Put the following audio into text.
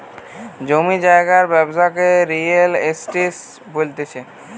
জমি জায়গার ব্যবসাকে রিয়েল এস্টেট বলতিছে